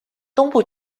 东部